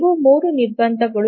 ಇವು ಮೂರು ನಿರ್ಬಂಧಗಳು